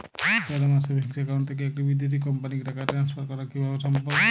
Sir আমার savings account থেকে একটি বিদেশি কোম্পানিকে টাকা ট্রান্সফার করা কীভাবে সম্ভব?